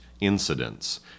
incidents